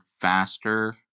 faster